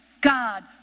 God